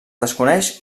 desconeix